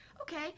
okay